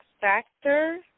factor